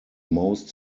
most